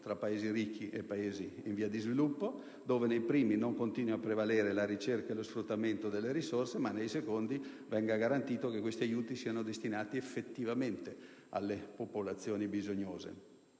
tra Paesi ricchi e Paesi in via di sviluppo, dove nei primi non continui a prevalere la ricerca e lo sfruttamento delle risorse e nei secondi venga garantito che gli aiuti siano destinati effettivamente alle popolazioni bisognose.